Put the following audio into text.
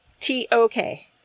T-O-K